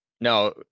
No